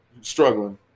struggling